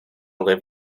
live